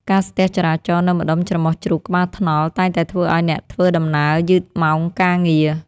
ការស្ទះចរាចរណ៍នៅម្ដុំច្រមុះជ្រូកក្បាលថ្នល់តែងតែធ្វើឱ្យអ្នកធ្វើដំណើរយឺតម៉ោងការងារ។